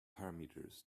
parameters